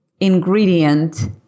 ingredient